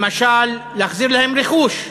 למשל להחזיר להם רכוש.